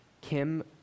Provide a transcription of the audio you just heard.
Kim